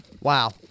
Wow